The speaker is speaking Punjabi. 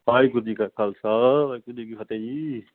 ਵਾਹਿਗੁਰੂ ਜੀ ਕਾ ਖਾਲਸਾ ਵਾਹਿਗੁਰੂ ਜੀ ਕੀ ਫਤਿਹ ਜੀ